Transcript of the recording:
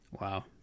Wow